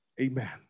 Amen